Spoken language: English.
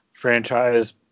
franchise